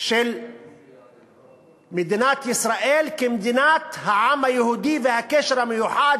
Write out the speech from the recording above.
של מדינת ישראל כמדינת העם היהודי והקשר המיוחד